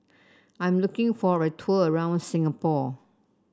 I'm looking for a tour around Singapore